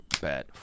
bad